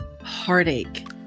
heartache